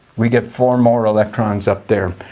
we get four more electrons up there.